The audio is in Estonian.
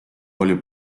oli